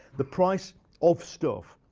the price of stuff,